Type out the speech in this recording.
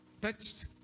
touched